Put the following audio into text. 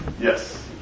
Yes